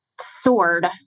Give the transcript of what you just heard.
sword